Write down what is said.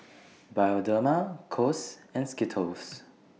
Bioderma Kose and Skittles